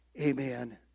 Amen